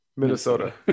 Minnesota